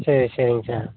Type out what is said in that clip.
சரி சரிங்க சார்